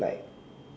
like